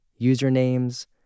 usernames